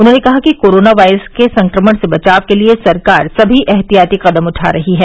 उन्होंने कहा कि कोरोना वायरस के संक्रमण से बचाव के लिये सरकार समी ऐहतियाती कदम उठा रही है